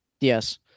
Yes